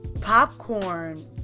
popcorn